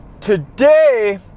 today